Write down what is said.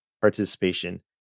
participation